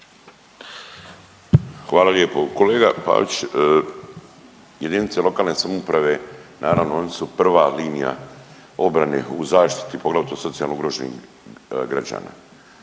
Hvala lijepo. Kolega Pavić, jedinice lokalne samouprave naravno oni su prva linija obrane u zaštiti poglavito socijalno ugroženih građana.